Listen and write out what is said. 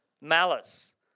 malice